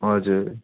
हजुर